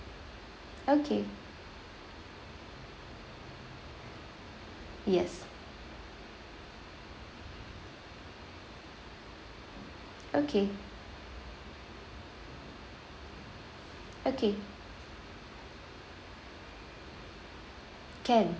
okay yes okay okay can